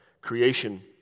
Creation